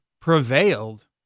prevailed